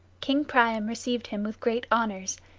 king priam received him with great honors,